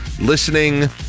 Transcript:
listening